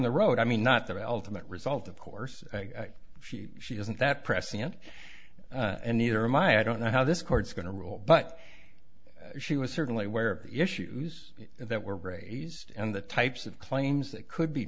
the road i mean not the ultimate result of course she she wasn't that prescient and neither my i don't know how this court's going to rule but she was certainly aware of the issues that were raised and the types of claims that could be